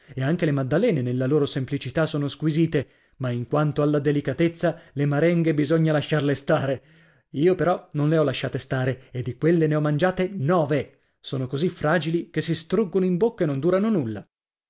e anche le maddalene nella loro semplicità sono squisite ma in quanto alla delicatezza le marenghe bisogna lasciarle stare io però non le ho lasciate stare e di quelle ne ho mangiate nove sono così fragili che si struggono in bocca e non durano nulla